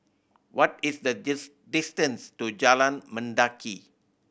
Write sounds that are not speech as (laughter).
what is the (unintelligible) distance to Jalan Mendaki